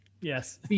Yes